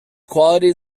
quality